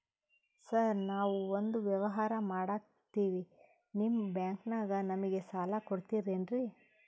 Sir ನಾವು ಒಂದು ವ್ಯವಹಾರ ಮಾಡಕ್ತಿವಿ ನಿಮ್ಮ ಬ್ಯಾಂಕನಾಗ ನಮಿಗೆ ಸಾಲ ಕೊಡ್ತಿರೇನ್ರಿ?